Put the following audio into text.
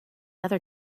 other